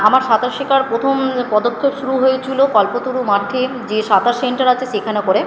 আমার সাঁতার শেখার প্রথম পদক্ষেপ শুরু হয়েছিলো কল্পতরু মাঠে যে সাঁতার সেন্টার আছে সেখানে করে